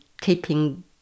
keeping